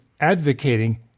advocating